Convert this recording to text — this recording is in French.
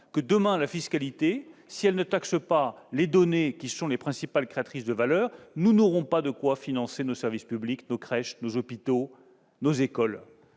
que si nous ne taxons pas demain les données, qui sont les principales créatrices de valeur, nous n'aurons pas de quoi financer nos services publics, nos crèches nous hôpitaux, nos écoles.